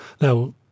Now